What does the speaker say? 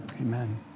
Amen